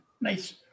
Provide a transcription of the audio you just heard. Nice